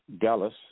Dallas